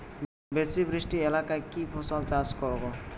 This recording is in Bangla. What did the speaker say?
বেশি বৃষ্টি এলাকায় কি ফসল চাষ করব?